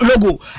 logo